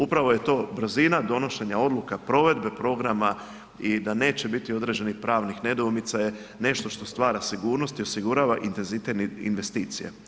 Upravo je to brzina donošenja odluka, provedbe programa i da neće biti određenih pravnih nedoumica je nešto što stvara sigurnost i osigurava intenzitet investicija.